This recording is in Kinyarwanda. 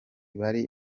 bari